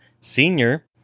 Senior